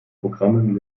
programmen